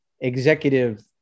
executive